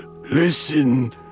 Listen